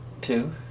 Two